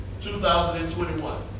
2021